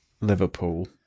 Liverpool